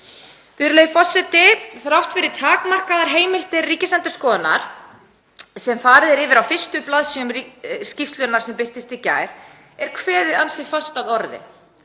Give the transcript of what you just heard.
Virðulegi forseti. Þrátt fyrir takmarkaðar heimildir Ríkisendurskoðunar, sem farið er yfir á fyrstu blaðsíðum skýrslunnar sem birtist í gær, er kveðið ansi fast að orði.